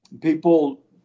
people